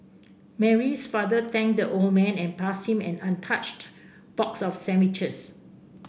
Mary's father thanked the old man and passed him an untouched box of sandwiches